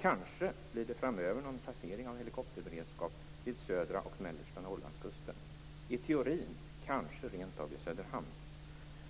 Kanske blir det framöver någon placering av helikopterberedskap vid södra och mellersta Norrlandskusten. I teorin kanske det rent av blir i Söderhamn.